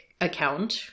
account